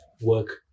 work